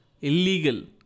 illegal